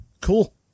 Cool